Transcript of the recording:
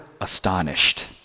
astonished